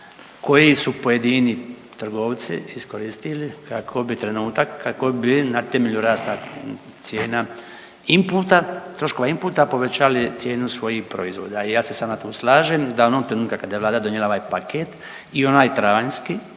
koji su pojedini trgovci iskoristili kako bi, trenutak, kako bi na temelju rasta cijena imputa, troškova imputa povećali cijenu svojih proizvoda. Ja se sa vama tu slažem da onog trenutka kad je vlada donijela ovaj paket i onaj travanjski